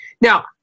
Now